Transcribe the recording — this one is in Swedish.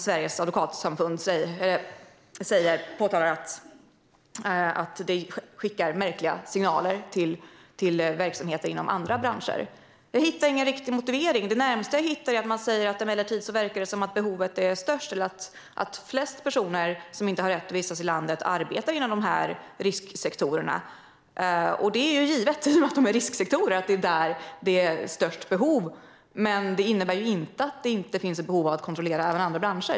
Sveriges advokatsamfund påtalar att det skickar märkliga signaler till verksamheter inom andra branscher. Jag hittar ingen riktig motivering. Det närmaste jag hittar är att man säger att flest personer som inte har rätt att vistas i landet arbetar inom risksektorerna. Det är givet att det är risksektorer och att det är där som det finns störst behov. Men det innebär inte att det inte finns behov av att kontrollera andra branscher.